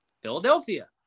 Philadelphia